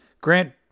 Grant